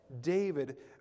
David